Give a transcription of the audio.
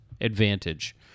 advantage